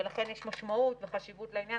למרות מה שאמרנו קודם על הכשירות שפורקה אוגדה בצה"ל,